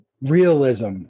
Realism